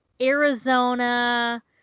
Arizona